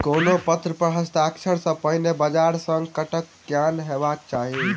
कोनो पत्र पर हस्ताक्षर सॅ पहिने बजार संकटक ज्ञान हेबाक चाही